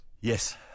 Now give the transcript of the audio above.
Yes